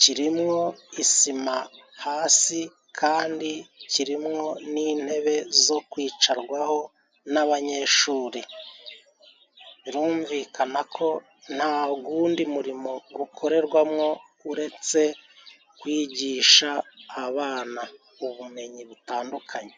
Kirimwo isima hasi, kandi kimwo n'intebe zo kwicarwaho n'abanyeshuri. Birumvikana ko nta gwundi murimo gwukorerwamo uretse kwigisha abana ubumenyi butandukanye.